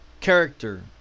character